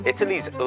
Italy's